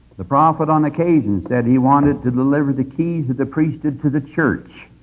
the prophet on occasion said he wanted to deliver the keys of the priesthood to the church,